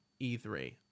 E3